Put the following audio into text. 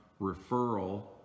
referral